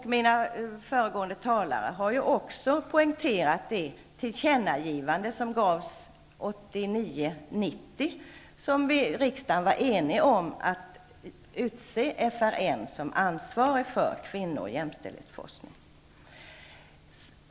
Föregående talare har också poängterat tillkännagivandet från 1989/90, där riksdagen var enig om att utse FRN som ansvarig för kvinno och jämställdhetsforskningen.